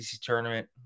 tournament